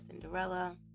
Cinderella